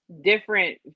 different